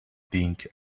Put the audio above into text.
think